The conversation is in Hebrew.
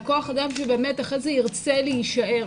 כוח אדם שבאמת אחר כך ירצה להישאר.